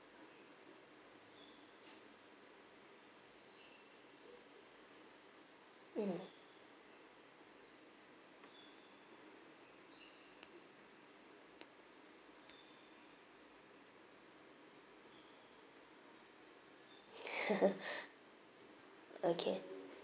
mm okay